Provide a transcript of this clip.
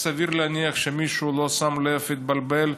אז סביר להניח שמישהו לא שם לב, התבלבל.